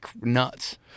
nuts